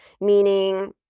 meaning